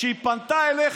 שהיא פנתה אליך.